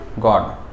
God